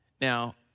Now